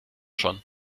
schon